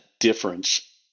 difference